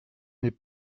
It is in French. n’est